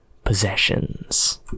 possessions